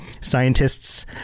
scientists